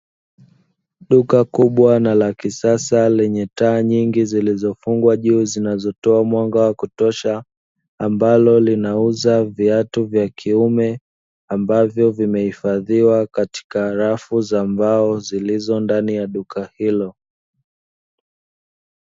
Duka kubwa na lakisasa lenye taa nyingi zilizofungwa juu zinazotoa mwanga wa kutosha, ambalo linauza viatu vya kiume, ambavyo vimehifadhiwa katika arafu za mbao zilizo ndani ya duka hilo.